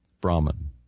Brahman